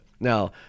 Now